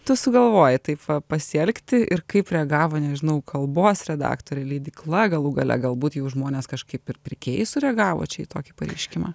tu sugalvojai taip va pasielgti ir kaip reagavo nežinau kalbos redaktoriai leidykla galų gale galbūt jau žmonės kažkaip ir pirkėjai sureagavo čia į tokį pareiškimą